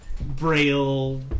braille